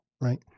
right